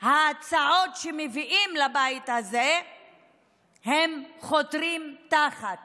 ההצעות שמביאים לבית הזה הם חותרים תחת